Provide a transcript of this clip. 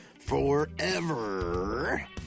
forever